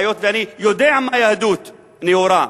היות שאני יודע מהי יהדות נאורה.